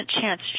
chance